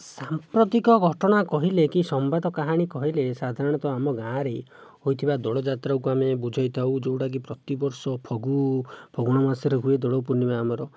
ସାମ୍ପ୍ରତିକ ଘଟଣା କହିଲେ କି ସମ୍ବାଦ କାହାଣୀ କହିଲେ ସାଧାରଣତଃ ଆମ ଗାଁରେ ହୋଇଥିବା ଦୋଳଯାତ୍ରାକୁ ଆମେ ବୁଝାଇଥାଉ ଯେଉଁଟାକି ପ୍ରତିବର୍ଷ ଫଗୁ ଫଗୁଣ ମାସରେ ହୁଏ ଦୋଳପୂର୍ଣ୍ଣିମା ଆମର